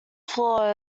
floor